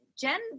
Jen